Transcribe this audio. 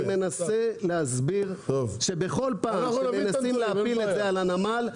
אני מנסה להסביר שבכל פעם שמנסים להפיל את זה על הנמל,